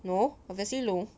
no obviously no